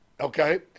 okay